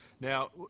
Now